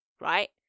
right